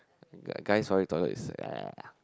guy guys public toilet is !ee!